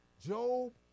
Job